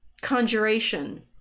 conjuration